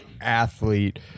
athlete